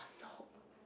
soap